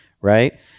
right